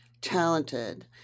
talented